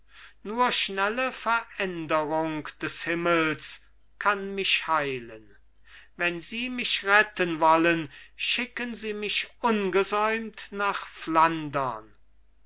nur schnelle veränderung des himmels kann mich heilen wenn sie mich retten wollen schicken sie mich ungesäumt nach flandern